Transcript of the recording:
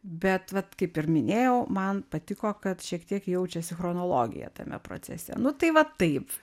bet vat kaip ir minėjau man patiko kad šiek tiek jaučiasi chronologija tame procese nu tai va taip